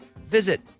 visit